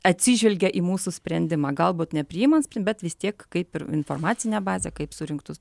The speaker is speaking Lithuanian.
atsižvelgia į mūsų sprendimą galbūt nepriimant bet vis tiek kaip informacinę bazę kaip surinktus